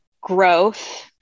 growth